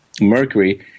mercury